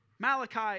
Malachi